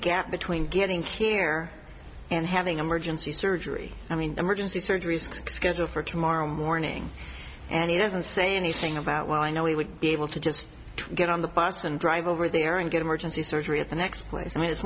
gap between getting care and having emergency surgery i mean emergency surgeries scheduled for tomorrow morning and he doesn't say anything about well i know he would be able to just get on the bus and drive over there and get emergency surgery at the next place i mean it's